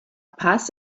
paz